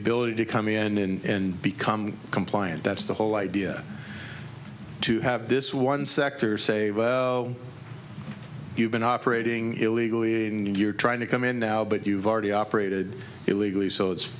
ability to come in become compliant that's the whole idea to have this one sector say you've been operating illegally and you're trying to come in now but you've already operated illegally so it's